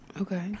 okay